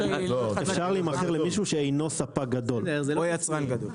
אפשר להימכר למישהו שאינו ספק גדול או אינו יצרן גדול.